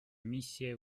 миссия